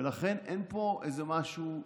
ולכן, אין פה איזה משהו.